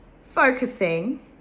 focusing